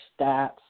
stats